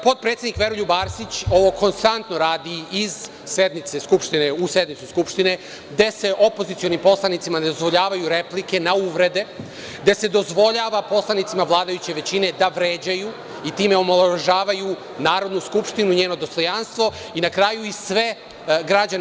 Potpredsednik Veroljub Arsić ovo konstantno radi iz sednice Skupštine u sednicu Skupštine, gde se opozicionim poslanicima ne dozvoljavaju replike na uvrede, gde se dozvoljava poslanicima vladajuće većine da vređaju i time omalovažavaju Narodnu skupštinu i njeno dostojanstvo i na kraju i sve građane.